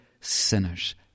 sinners